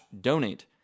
donate